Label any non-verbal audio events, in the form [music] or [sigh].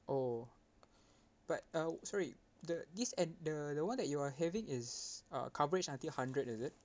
oh [breath] but uh sorry the this at the the one that you are having is uh coverage until hundred is it